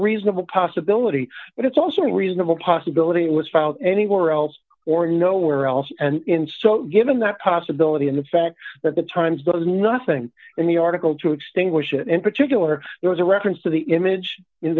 reasonable possibility but it's also a reasonable possibility was found anywhere else or nowhere else and so given that possibility and the fact that the times there was nothing in the article to extinguish it in particular there was a reference to the image